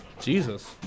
Jesus